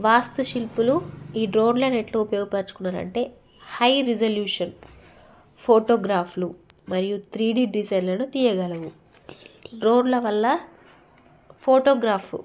వాస్తు శిల్పులు ఈ డ్రోన్లని ఎలా ఉపయోగపరచుకున్నారు అంటే హై రిజల్యూషన్ ఫోటోగ్రాఫ్లు మరియు త్రీ డీ డిజైన్లను తీయగలవు డ్రోన్ల వల్ల ఫోటోగ్రాఫ్